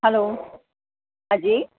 hello Haji